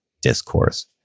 discourse